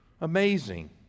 Amazing